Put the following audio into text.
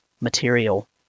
material